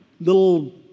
little